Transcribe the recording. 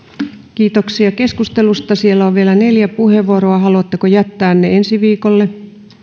kiitoksia keskustelusta siellä on vielä neljä varattua puheenvuoroa haluatteko jättää ne ensi viikolle